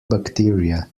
bacteria